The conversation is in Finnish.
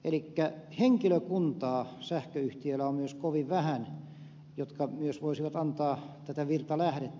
elikkä henkilökuntaa sähköyhtiöillä on myös kovin vähän joka myös voisi antaa tätä virtalähdettä